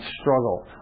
struggle